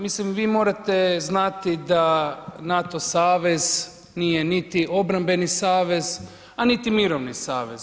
Mislim vi morate znati da NATO savez nije niti obrambeni savez, a niti mirovni savez.